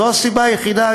זו הסיבה היחידה,